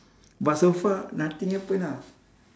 but so far nothing happen ah